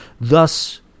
Thus